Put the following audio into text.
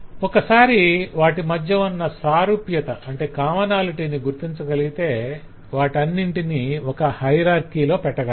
ఒకసారి వాటి మధ్య ఉన్న సారూప్యతను గుర్తించగలిగితే వాటన్నింటిని ఒక హయరార్కి లో పెట్టగలం